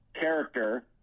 character